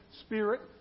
Spirit